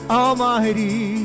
almighty